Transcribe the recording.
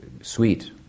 sweet